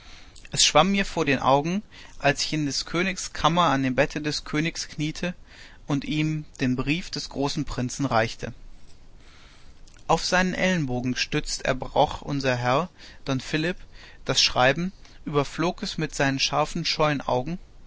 es schwamm mir vor den augen als ich in des königs kammer an dem bette des königs kniete und ihm den brief des großen prinzen reichte auf seinen ellenbogen gestützt erbrach unser herr don philipp das schreiben überflog es mit seinen scharfen scheuen augen